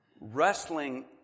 Wrestling